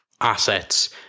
assets